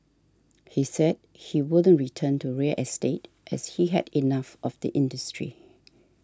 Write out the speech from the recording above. he said he wouldn't return to real estate as he had enough of the industry